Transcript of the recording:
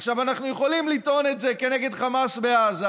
עכשיו, אנחנו יכולים לטעון את זה כנגד חמאס בעזה,